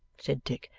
said dick.